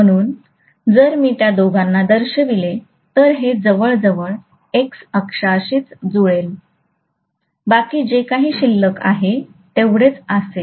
म्हणून जर मी त्या दोघांना दर्शविले तर हे जवळजवळ x अक्षाशीच जुळेल बाकी जे काही शिल्लक आहे तेवढेच असेल